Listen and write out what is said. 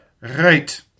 Right